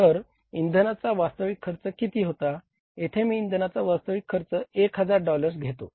तर इंधनाचा वास्तविक खर्च किती होता येथे मी इंधनाचा वास्तविक खर्च 1 हजार डॉलर्स घेतो